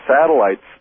satellites